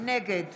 נגד